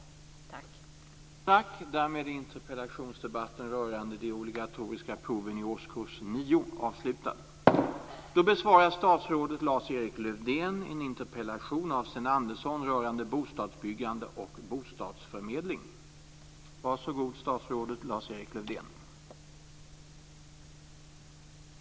Tack!